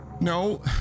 No